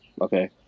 okay